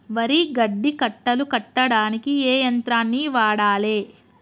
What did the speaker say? వరి గడ్డి కట్టలు కట్టడానికి ఏ యంత్రాన్ని వాడాలే?